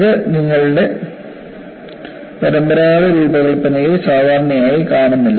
ഇത് നിങ്ങളുടെ പരമ്പരാഗത രൂപകൽപ്പനയിൽ സാധാരണയായി കാണില്ല